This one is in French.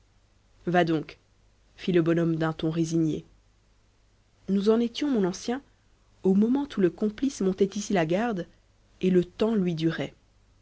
va donc fit le bonhomme d'un ton résigné nous en étions mon ancien au moment où le complice montait ici la garde et le temps lui durait